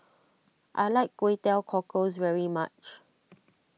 I like Kway Teow Cockles very much